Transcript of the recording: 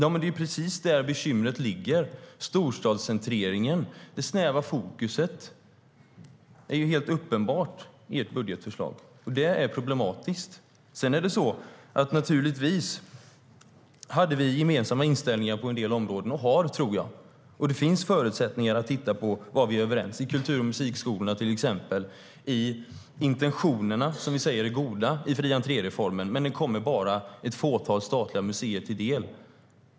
Det är precis där bekymret ligger: storstadscentreringen. Det snäva fokuset är helt uppenbart i ert budgetförslag. Det är problematiskt. Naturligtvis hade vi gemensamma inställningar på en del områden - och har, tror jag. Det finns förutsättningar att titta på var vi är överens. Det kan till exempel gälla kultur och musikskolorna. Intentionerna i fri-entré-reformen är goda, men den kommer bara ett fåtal statliga museer till del.